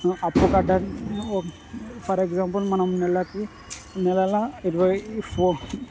అప్పు కట్టి for example మనం నెలకి నెలల ఇరవై ఫోర్